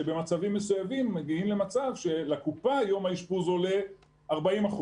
שבמצבים מסוימים מגיעים למצב שלקופה יום האשפוז עולה - 40%.